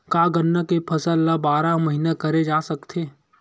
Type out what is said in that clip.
का गन्ना के फसल ल बारह महीन करे जा सकथे?